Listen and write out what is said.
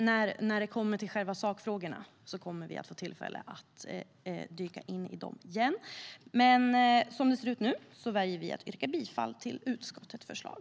När det kommer till själva sakfrågorna kommer vi dock som sagt att få tillfälle att dyka in i dem senare. Som det ser ut nu väljer vi att yrka bifall till utskottets förslag.